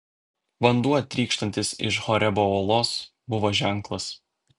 vanduo trykštantis iš horebo uolos buvo ženklas